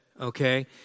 okay